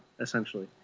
essentially